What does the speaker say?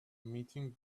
meeting